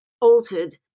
altered